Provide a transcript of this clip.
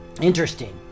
interesting